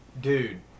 dude